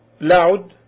loud